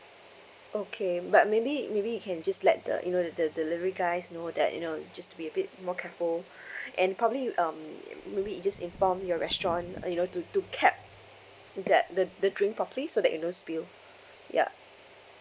okay but maybe maybe you can just let the you know the the delivery guys know that you know just be a bit more careful and probably you um and maybe you just inform your restaurant uh you know to to cap that the the drink properly so that it don't spill ya